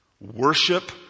Worship